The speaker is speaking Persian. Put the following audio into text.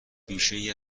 بیشهای